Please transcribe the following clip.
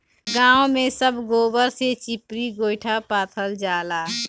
गांव में सब गोबर से चिपरी गोइठा पाथल जाला